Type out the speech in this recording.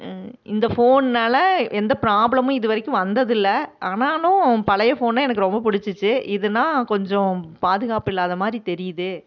இந்த ஃபோன்னால எந்த ப்ராப்லமும் இது வரைக்கும் வந்ததில்லை ஆனாலும் பழைய ஃபோனை எனக்கு ரொம்ப பிடிச்சிச்சி இதுன்னா கொஞ்சம் பாதுகாப்பு இல்லாத மாதிரி தெரியுது